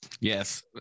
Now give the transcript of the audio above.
Yes